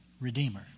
redeemer